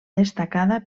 destacada